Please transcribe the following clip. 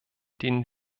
denen